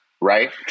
right